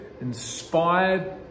inspired